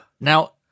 now